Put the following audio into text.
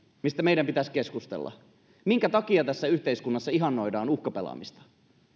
mistä meidän pitäisi keskustella minkä takia tässä yhteiskunnassa ihannoidaan uhkapelaamista